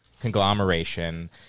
conglomeration